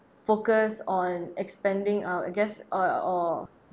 focus on expanding uh I guess or I or